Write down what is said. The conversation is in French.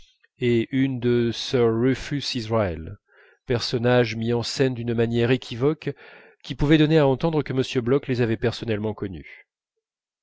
et une de sir rufus israël personnages mis en scène d'une manière équivoque qui pouvait donner à entendre que m bloch les avait personnellement connus